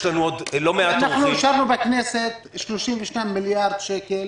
אנחנו אישרנו בכנסת 32 מיליארד שקלים